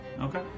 Okay